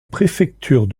préfecture